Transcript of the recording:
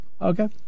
Okay